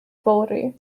yfory